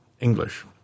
English